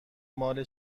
مال